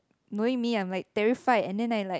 knowing me I'm like terrified and then I like